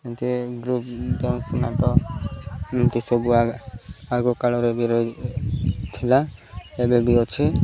ଏମିତି ଗ୍ରୁପ୍ ଏମିତି ସବୁ ଆଗ କାଳରେ ବି ରହିଥିଲା ଏବେ ବି ଅଛି